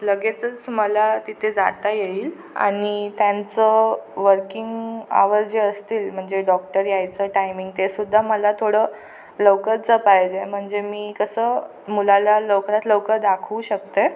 लगेचच मला तिथे जाता येईल आणि त्यांचं वर्किंग आव्हर जे असतील म्हणजे डॉक्टर यायचं टायमिंग ते सुद्धा मला थोडं लवकरचं पाहिजे म्हणजे मी कसं मुलाला लवकरात लवकर दाखवू शकते